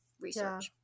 research